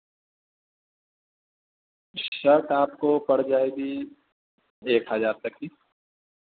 shirt آپ کو پڑ جائے گی ایک ہزار تک کی